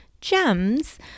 gems